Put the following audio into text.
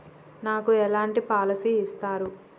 నాకు ఎలాంటి పాలసీ ఇస్తారు?